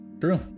true